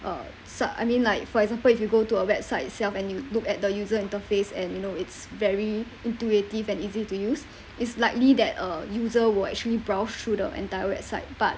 uh su~ I mean like for example if you go to a website itself and you look at the user interface and you know it's very intuitive and easy to use it's likely that uh user will actually browse through entire website but